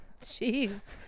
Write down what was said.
jeez